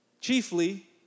Chiefly